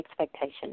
expectation